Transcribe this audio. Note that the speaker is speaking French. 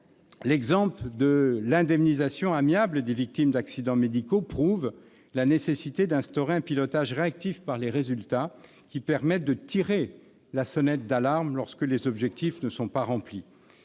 l'exemple de l'indemnisation amiable des victimes d'accidents médicaux prouve la nécessité d'instaurer un pilotage réactif par les résultats qui permette de tirer la sonnette d'alarme lorsque les objectifs ne sont pas remplis.